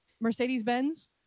Mercedes-Benz